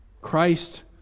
Christ